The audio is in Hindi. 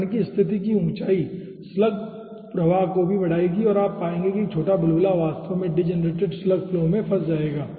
तो कण की स्थिति की ऊंचाई स्लग प्रवाह को भी बढ़ाएगी और आप पाएंगे कि एक छोटा बुलबुला वास्तव में डीजनरेटेड स्लग फ्लो में फंस जाएगा